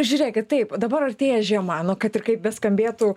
žiūrėkit taip dabar artėja žiema nu kad ir kaip beskambėtų